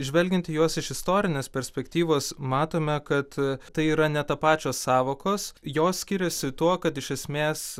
žvelgiant į juos iš istorinės perspektyvos matome kad tai yra netapačios sąvokos jos skiriasi tuo kad iš esmės